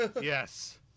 yes